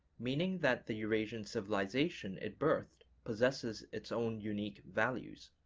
meaning that the eurasian civilization it birthed possesses its own unique values.